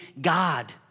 God